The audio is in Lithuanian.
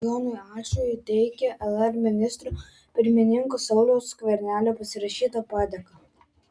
jonui ačui įteikė lr ministro pirmininko sauliaus skvernelio pasirašytą padėką